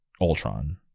Ultron